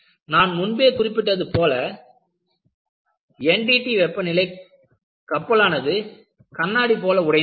நான் முன்பே குறிப்பிட்டது போல NDT வெப்பநிலையில் கப்பலானது கண்ணாடி போல உடைந்துவிடும்